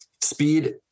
speed